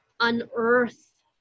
unearth